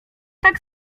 tak